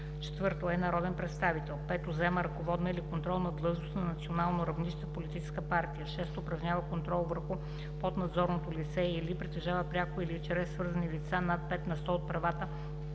4. е народен представител; 5. заема ръководна или контролна длъжност на национално равнище в политическа партия; 6. упражнява контрол върху поднадзорното лице или притежава пряко или чрез свързани лица над 5 на сто от правата